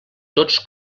tots